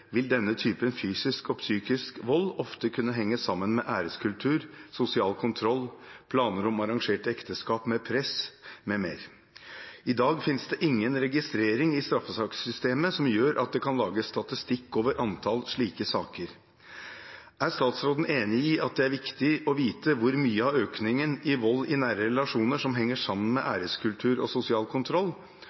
vil denne typen fysisk og psykisk vold ofte kunne henge sammen med æreskultur, sosial kontroll, planer om arrangerte ekteskap med press m.m. I dag fins det ingen registrering i straffesakssystemet som gjør at det kan lages statistikk over antall slike saker. Er statsråden enig i at det er viktig å vite hvor mye av økningen i vold i nære relasjoner som henger sammen med æreskultur og sosial kontroll,